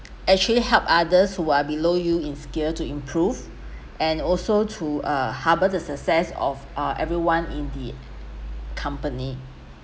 actually help others who are below you in scale to improve and also to uh harvest the success of uh everyone in the company